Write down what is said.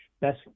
best